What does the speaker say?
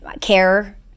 care